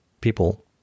people